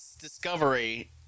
discovery